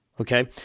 Okay